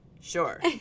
Sure